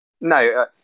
No